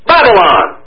Babylon